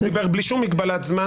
הוא דיבר בלי כל מגבלת זמן.